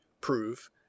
prove